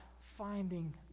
finding